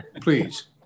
Please